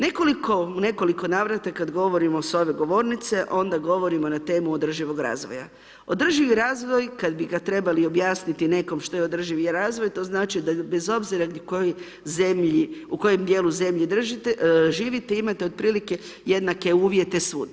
Nekoliko, u nekoliko navrata kada govorimo s ove govornice, onda govorimo na temu održivog razvoja održivi razvoj kada bi ga trebali objasniti nekom što je održivi razvoj to znači da bez obzir u kojoj zemlji, u kojem dijelu zemlje živite imate otprilike jednake uvjete svud.